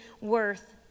worth